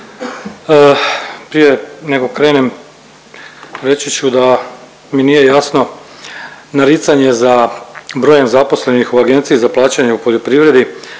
Prije nego krenem reći ću da mi nije jasno naricanje za brojem zaposlenih u Agenciji za plaćanje u poljoprivredi